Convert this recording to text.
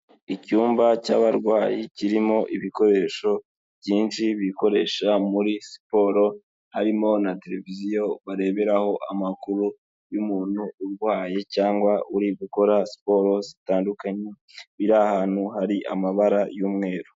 Icyumba cy'abarwayi kirimo ibikoresho byinshi bikoresha muri siporo, harimo na televiziyo bareberaho amakuru y'umuntu urwaye cyangwa uri gukora siporo zitandukanye, biri ahantu hari amabara y'umweru.